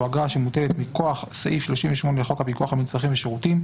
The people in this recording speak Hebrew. אגרה שמוטלת מכוח סעיף 38 לחוק הפיקוח על מצרכים ושירותים,